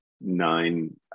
nine